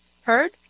Heard